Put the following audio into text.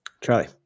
Charlie